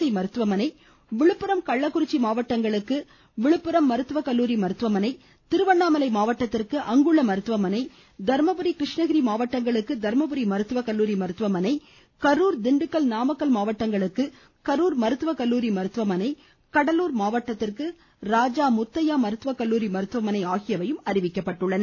ஜ மருத்துவமனை விழுப்புரம் கள்ளக்குறிச்சி மாவட்டங்களுக்கு விழுப்புரம் மருத்துவக்கல்லூரி மருத்துவமனை திருவண்ணாமலை மாவட்டத்திற்கு அங்குள்ள மருத்துவமனை கிருஷ்ணகிரி மாவட்டங்களுக்கு தர்மபுரி கர்மபுரி மருத்துவக்கல்லூரி மருத்துவமனை கரூர் திண்டுக்கல் நாமக்கல் மாவட்டங்களுக்கு கரூர் மருத்துவக்கல்லூரி மருத்துவமனை கடலூர் மாவடடத்திற்கு ராஜா முத்தையா மருத்துவக்கல்லூரி மருத்துவமனை ஆகியவையும் அறிவிக்கப்பட்டுள்ளன